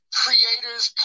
creators